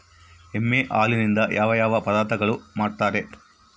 ಎಮ್ಮೆ ಹಾಲಿನಿಂದ ಯಾವ ಯಾವ ಪದಾರ್ಥಗಳು ಮಾಡ್ತಾರೆ?